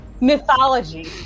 mythology